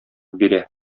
бирә